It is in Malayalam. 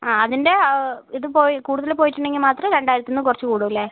ആ അതിൻ്റെ ഇത് പോയി കൂടുതൽ പോയിട്ടുണ്ടെങ്കിൽ മാത്രം രണ്ടായിരത്തിൽ നിന്ന് കുറച്ചു കൂടുമല്ലേ